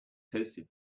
toasted